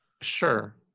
sure